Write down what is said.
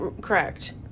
correct